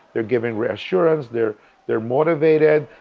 they're given reassurance, they're they're motivated.